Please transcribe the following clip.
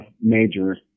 major